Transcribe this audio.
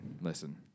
listen